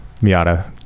miata